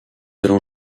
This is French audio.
allons